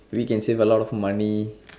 we can save a lot of money